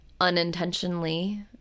unintentionally